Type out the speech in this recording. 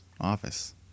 office